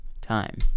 time